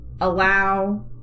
allow